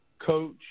coach